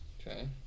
okay